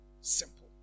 Simple